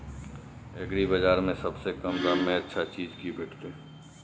एग्रीबाजार में सबसे कम दाम में अच्छा चीज की भेटत?